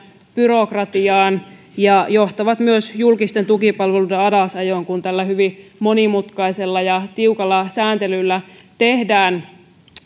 byrokratiaan ja johtavat myös julkisten tukipalveluiden alasajoon kun tällä hyvin monimutkaisella ja tiukalla sääntelyllä tehdään